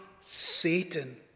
satan